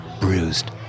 bruised